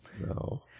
No